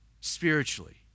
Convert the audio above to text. spiritually